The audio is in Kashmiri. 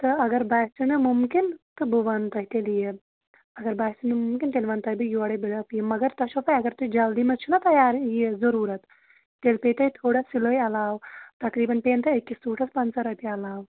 تہٕ اگر باسِیَو مےٚ مُمکِن تہٕ بہٕ وَنہٕ تۄہہِ تیٚلہِ یہِ اگر باسِیَو مےٚ مُمکِن تیٚلہِ وَنہٕ تۄہہِ بہٕ یورے بہٕ یِمہٕ مگر تۄہہِ چھو تۄہہِ اگر تُہۍ جلدی منٛز چھُو نا تیار یہِ ضروٗرت تیٚلہِ پیٚیہِ تۄہہِ تھوڑا سِلٲے علاو تقریٖباً پیٚیَن تۄہہِ أکِس سوٗٹَس پنٛژاہ رۄپیہِ علاوٕ